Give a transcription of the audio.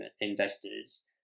investors